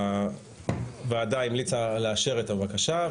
הוועדה המליצה לאשר את הבקשה,